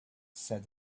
said